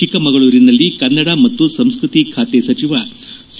ಚಿಕ್ಕಮಗಳೂರಿನಲ್ಲಿ ಕನ್ನಡ ಮತ್ತು ಸಂಸ್ಕೃತಿ ಸಚಿವ ಸಿ